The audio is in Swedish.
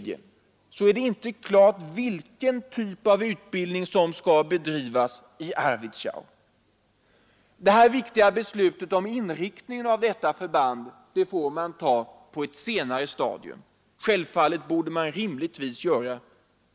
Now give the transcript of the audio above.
Det är inte klart vilken typ av utbildning som skall bedrivas i Arvidsjaur. Det viktiga beslutet om inriktningen av detta förband får man ta på ett senare stadium. Självfallet borde man göra